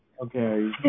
Okay